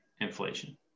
inflation